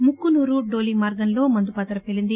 ముక్కునూరు డోలి మార్గంలో మందుపాతర పేలింది